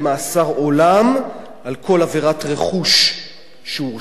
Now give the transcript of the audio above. עולם על כל על עבירת רכוש שהוא הורשע בה.